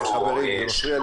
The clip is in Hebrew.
חברים, זה מפריע.